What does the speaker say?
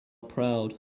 proud